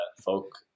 folk